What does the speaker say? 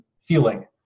feeling